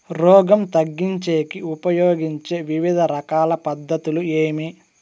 రోగం తగ్గించేకి ఉపయోగించే వివిధ రకాల పద్ధతులు ఏమి?